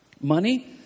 Money